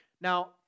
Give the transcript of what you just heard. Now